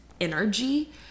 energy